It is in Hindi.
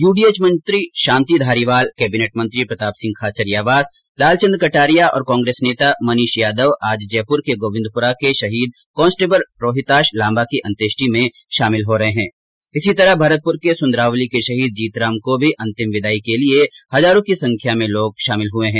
यूडीएच मंत्री शांतिधारीवाल केबीनेट मंत्री प्रताप सिंह खाचरियावास लालचंद कटारिया और कांग्रेस नेता मनीष यादव जयपुर के गोविन्दपुरा के शहीद कांस्टेबल रोहिताश लाम्बा की अन्त्येष्टी में शामिल हो रहे है इसी तरह भरतपुर के सुंदरवाली के शहीद जीतराम को भी अंतिम विदाई देने के लिये हजारों की संख्या में लोग शामिल हुए है